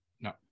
no